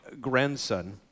grandson